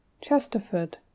Chesterford